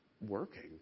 working